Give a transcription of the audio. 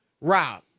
Rob